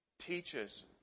teaches